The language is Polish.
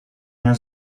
nie